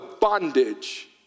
bondage